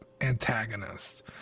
antagonist